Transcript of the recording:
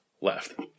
left